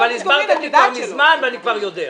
אבל הסברת את זה כבר מזמן, ואני כבר יודע.